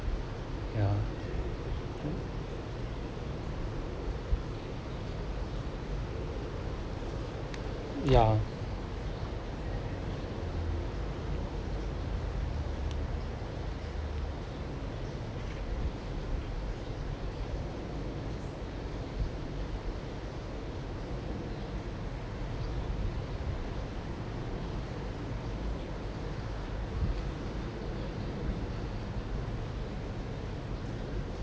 ya ya